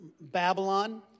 Babylon